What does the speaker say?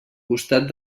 costat